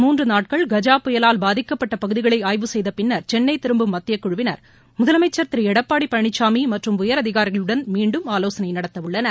மூன்று நாட்கள் கஜா புயலால் பாதிக்கப்பட்ட பகுதிகளை ஆய்வு செய்த பின்னர் சென்னை திரும்பும் மத்தியக் குழுவினர் முதலமைச்சர் திரு எடப்பாடி பழனிசாமி மற்றும் உயர் அதிகாரிகளுடன் மீண்டும் ஆலோசனை நடத்த உள்ளனர்